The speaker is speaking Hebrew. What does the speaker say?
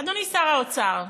אדוני שר האוצר,